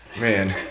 Man